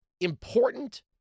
important